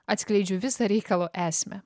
atskleidžiu visą reikalo esmę